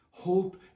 Hope